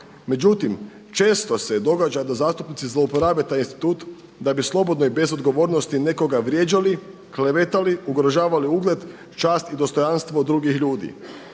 Međutim, često se događa da zastupnici zlouporabe taj institut da bi slobodno i bez odgovornosti nekoga vrijeđali, klevetali, ugrožavali ugled, čast i dostojanstvo drugih ljudi.